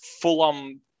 full-on